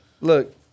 Look